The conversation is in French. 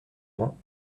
ans